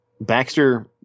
Baxter